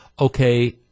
okay